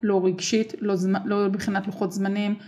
לא רגשית, לא מבחינת לוחות זמנים